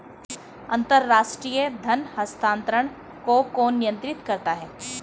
अंतर्राष्ट्रीय धन हस्तांतरण को कौन नियंत्रित करता है?